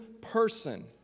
person